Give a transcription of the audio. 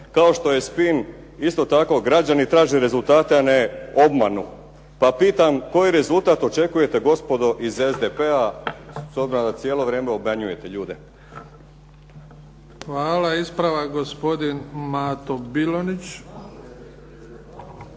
Kao što je spin isto tako građani traže rezultate, a ne obmanu. Pa pitam, koji rezultat očekujete gospodo iz SDP-a s obzirom da cijelo vrijeme obmanjujete ljude? **Bebić, Luka (HDZ)** Hvala. Ispravak gospodin Mato Bilonjić.